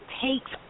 takes